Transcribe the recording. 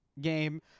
game